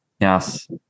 yes